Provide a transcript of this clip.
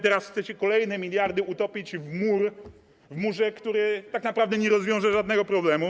Teraz chcecie kolejne miliardy utopić w murze, który tak naprawdę nie rozwiąże nam żadnego problemu.